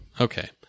Okay